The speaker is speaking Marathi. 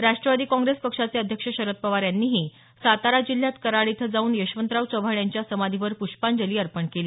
राष्ट्रवादी काँग्रेस पक्षाचे अध्यक्ष शरद पवार यांनीही सातारा जिल्ह्यात कराड इथं जाऊन यशवंतराव चव्हाण यांच्या समाधीवर प्ष्पांजली अर्पण केली